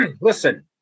Listen